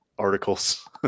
articles